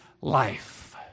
life